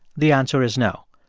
the answer is no.